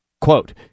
Quote